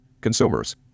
consumers